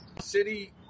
city